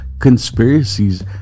conspiracies